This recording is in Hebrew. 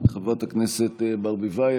חברת הכנסת ברביבאי,